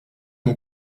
mon